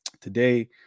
today